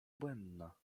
błędna